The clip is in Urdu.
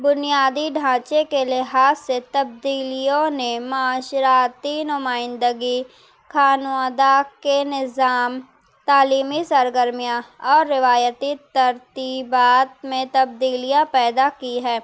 بنیادی ڈھانچے کے لحاظ سے تبدیلیوں نے معاشراتی نمائندگی خانوادہ کے نظام تعلیمی سرگرمیاں اور روایتی ترتیبات میں تبدیلیاں پیدا کی ہے